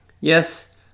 Yes